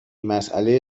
مسئله